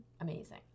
amazing